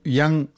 young